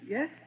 Yes